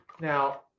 now